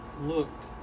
looked